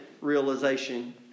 realization